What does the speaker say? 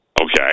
Okay